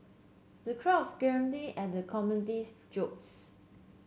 the crowds at the comedian's jokes